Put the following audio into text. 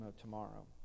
tomorrow